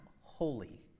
holy